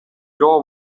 door